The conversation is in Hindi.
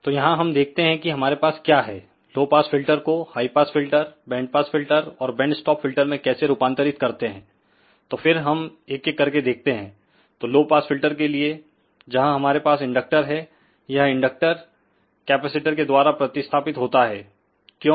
तो यहां हम देखते हैं कि हमारे पास क्या है लो पास फिल्टर को high pass filter band pass filter और बैंड् स्टॉप फिल्टर में कैसे रूपांतरित करते हैं तो फिर हम एक एक करके देखते हैं तोलो पास फिल्टर के लिए जहां हमारे पास इंडक्टर है यह इंडक्टर कैपेसिटर के द्वारा प्रतिस्थापित होता है क्यों